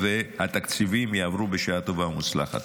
והתקציבים יעברו בשעה טובה ומוצלחת.